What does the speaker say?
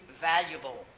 valuable